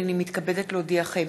הנני מתכבדת להודיעכם,